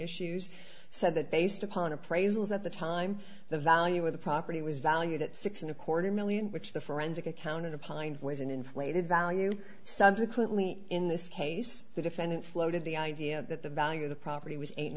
issues said that based upon appraisals at the time the value of the property was valued at six and a quarter million which the forensic accounting of pines weighs and inflated value subsequently in this case the defendant floated the idea that the value of the property was eight and